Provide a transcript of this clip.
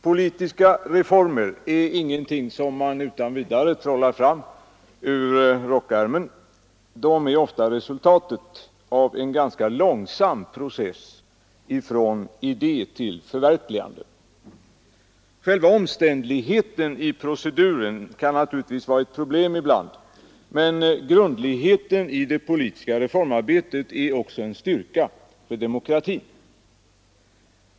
Politiska reformer är ingenting som utan vidare trollas fram ur rockärmen; de är ofta resultatet av en ganska långsam process från idé till förverkligande. Själva omständligheten i proceduren kan naturligtvis vara ett problem ibland, men grundligheten i det politiska reformarbetet är också en styrka för demokratin.